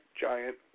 giant